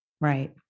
Right